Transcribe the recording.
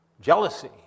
Jealousy